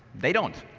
they don't.